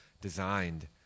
designed